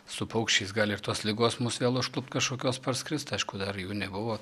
su paukščiais gali ir tos ligos mus vėl užklupt kažkokios parskrist aišku dar jų nebuvo